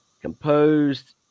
composed